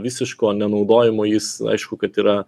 visiško nenaudojimo jis aišku kad yra